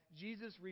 Jesus